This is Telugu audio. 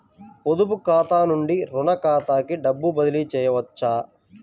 పొదుపు ఖాతా నుండీ, రుణ ఖాతాకి డబ్బు బదిలీ చేయవచ్చా?